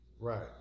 Right